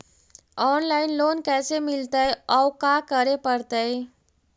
Online loan कैसे मिलतै औ का करे पड़तै?